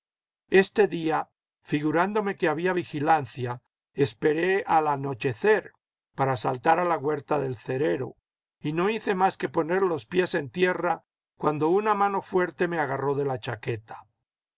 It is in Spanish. este día figurándome que habría vigilancia esperé al anochecer para saltar a la huerta del cerero y no hice más que poner los pies en tierra cuando una mano fuerte me agarró de la chaqueta